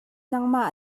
nangmah